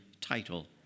title